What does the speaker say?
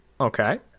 Okay